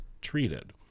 treated